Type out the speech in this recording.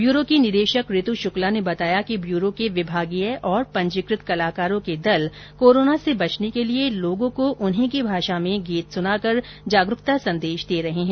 bureau की निदेशक ऋतु शुक्ला ने बताया कि ब्यूरो के विभागीय और पंजीकृत कलाकारों के दल कोरोना से बचने के लिए लोगों को उन्हीं की भाषा में गीत सुना कर जागरूकता संदेश दे रहे हैं